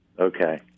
Okay